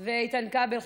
ואיתן כבל,